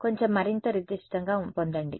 కొంచెం మరింత నిర్దిష్టంగా పొందండి